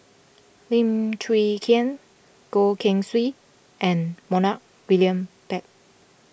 Lim Chwee Chian Goh Keng Swee and Montague William Pett